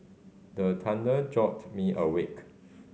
the thunder jolt me awake